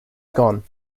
gone